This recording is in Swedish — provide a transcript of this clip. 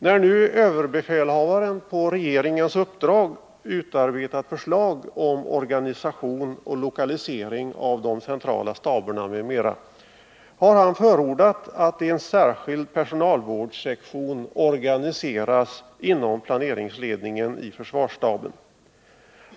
När nu överbefälhavaren på regeringens uppdrag utarbetat förslag om organisation och lokalisering av de centrala staberna m.m. har han förordat att en särskild personalvårdssektion organiseras inom planeringsledningen i försvarsstaben.